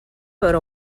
veure